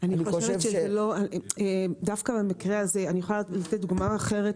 אני חושבת שדווקא במקרה הזה אני יכולה לתת דוגמה אחרת